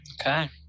Okay